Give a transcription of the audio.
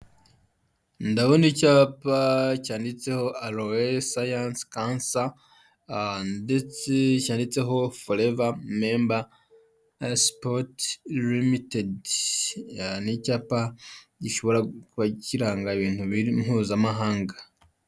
Ndabona icyapa cyanditseho alowe sayansi kansa, ndetse cyanditseho foreva memba sipoti rimitedi, n'icyapa gishobora kuba kiranga ibintu biri mpuzamahanga.